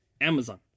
Amazon